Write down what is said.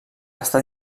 estat